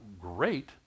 great